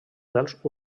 dels